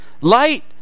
light